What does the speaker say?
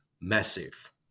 massive